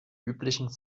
üblichen